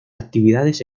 actividades